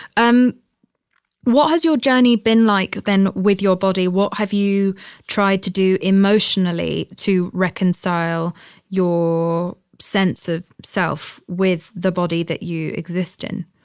um what has your journey been like then with your body? what have you tried to do emotionally to reconcile your sense of self with the body that you exist in?